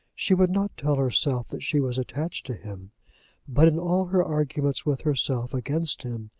she would not tell herself that she was attached to him but in all her arguments with herself against him,